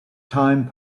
time